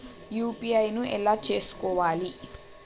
UPI ను ఎలా చేస్కోవాలి?